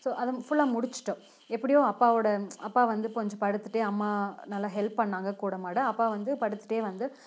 so அதை ஃபுல்லாக முடிச்சிட்டோம் எப்படியோ அப்பாவோடய அப்பா வந்து கொஞ்சம் படுத்துகிட்டே அம்மா நல்லா ஹெல்ப் பண்ணிணாங்க கூட மாட அப்பா வந்து படுத்துகிட்டு வந்து